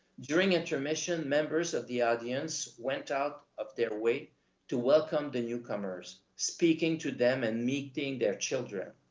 during intermission, members of the audience went out of their way to welcome the newcomers, speaking to them and meeting their children.